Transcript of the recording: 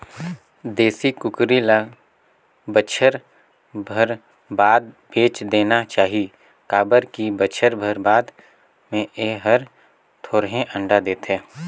देसी कुकरी ल बच्छर भर बाद बेच देना चाही काबर की बच्छर भर बाद में ए हर थोरहें अंडा देथे